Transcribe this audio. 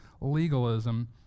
legalism